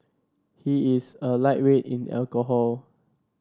he is a lightweight in alcohol